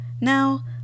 Now